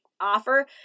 offer